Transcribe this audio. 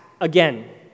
again